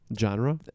Genre